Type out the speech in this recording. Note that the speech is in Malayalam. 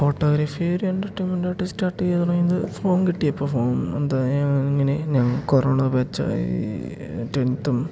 ഫോട്ടോഗ്രാഫി ഒരു എൻ്റർടൈൻമെന്റ് ആയിട്ട് സ്റ്റാര്ട്ട് ചെയ്തുവെന്ന് പറയുന്നത് ഫോണ് കിട്ടിയപ്പോള് ഫോണ് എന്താണ് ഇങ്ങനെ നമുക്ക് കൊറോണ ബാച്ചായി ടെന്ത്തും